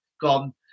gone